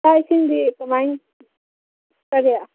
ꯆꯥꯛ ꯏꯁꯤꯡꯗꯤ ꯀꯃꯥꯏꯅ ꯀꯔꯤ